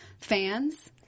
fans